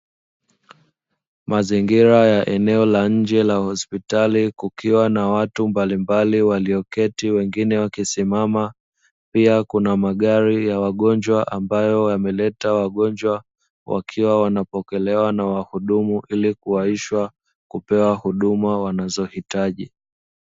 Mazingira ya eneo la nje la hospitali kukiwa na watu mbalimbali walioketi wengine wakisimama, pia kuna magari ya wagonjwa ambayo wameleta wagonjwa; wakiwa wanapokelewa na wahudumu ili kuwahishwa kupewa huduma wanazohitaji.